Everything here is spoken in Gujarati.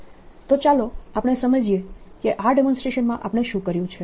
તો ચાલો આપણે સમજીએ કે આ ડેમોન્સ્ટ્રેશન્સમાં આપણે શું કર્યું છે